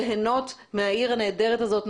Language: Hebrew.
ליהנות מהעיר הנהדרת הזאת,